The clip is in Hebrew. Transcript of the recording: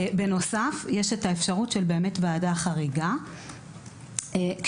בנוסף יש את האפשרות של ועדה חריגה מבחינת